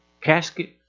casket